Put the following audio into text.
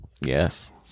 Yes